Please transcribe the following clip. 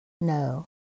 No